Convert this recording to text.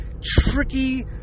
tricky